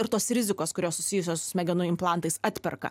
ir tos rizikos kurios susijusios su smegenų implantais atperka